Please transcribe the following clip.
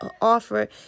offer